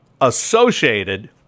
associated